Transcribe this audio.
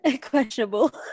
Questionable